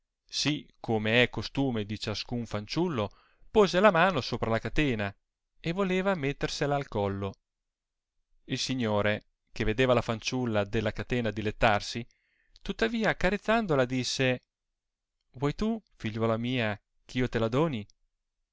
sì come è costume di ciascun fanciullo pose la mano sopra la catena e voleva mettersela al collo il signore che vedeva la fanciulla della catena dilettarsi tuttavia accarezzandola disse vuoi tu figliuola mia ch'io te la doni